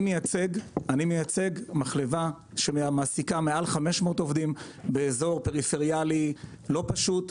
אני מייצג מחלבה שמעסיקה מעל 500 עובדים באזור פריפריה לא פשוט,